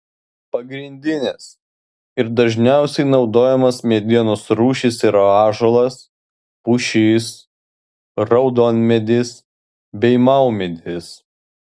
pagrindinės ir dažniausiai naudojamos medienos rūšys yra ąžuolas pušis raudonmedis bei maumedis